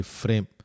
frame